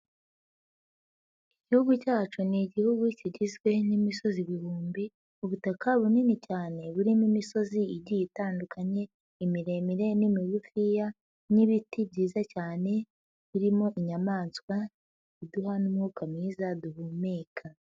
Igihugu cyacu ni Igihugu kigizwe n'imisozi ibihumbi, ubutaka bunini cyane burimo imisozi igiye itandukanye, imiremire n'imigufiya n'ibiti byiza cyane, birimo inyamaswa biduha n'umwuka mwiza duhumeka.